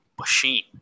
machine